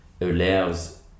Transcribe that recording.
allows